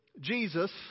Jesus